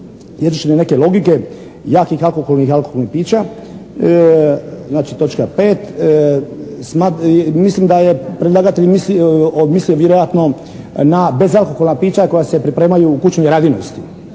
jezične neke logike, jakih alkoholnih i alkoholnih pića. Znači točka 5. Mislim da je predlagatelj mislio vjerojatno na bezalkoholna pića koja se pripremaju u kućnoj radinosti,